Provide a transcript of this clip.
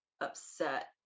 upset